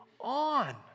on